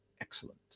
Excellent